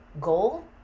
goal